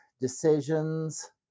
decisions